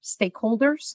stakeholders